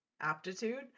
aptitude